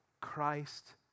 Christ